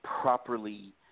properly